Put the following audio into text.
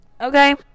Okay